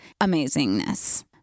amazingness